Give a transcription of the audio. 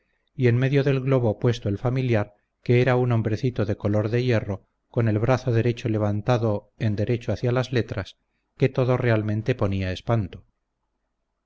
y en medio del globo puesto el familiar que era un hombrecito de color de hierro con el brazo derecho levantado en derecho hacia las letras que todo realmente ponía espanto